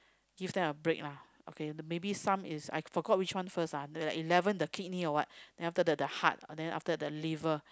give them a break lah okay maybe some is I forgot which one first lah the eleven the kidney or what then after that the heart then after the liver